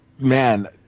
man